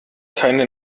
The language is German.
keine